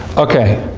okay.